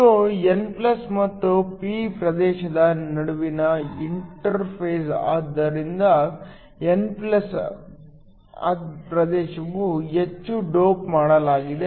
ಇದು n ಮತ್ತು p ಪ್ರದೇಶದ ನಡುವಿನ ಇಂಟರ್ಫೇಸ್ ಆದ್ದರಿಂದ n ಪ್ರದೇಶವು ಹೆಚ್ಚು ಡೋಪ್ ಮಾಡಲಾಗಿದೆ